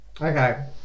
Okay